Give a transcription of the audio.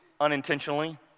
unintentionally